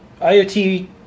IOT